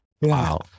Wow